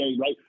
right